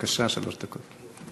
בבקשה, שלוש דקות.